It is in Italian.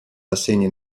rassegne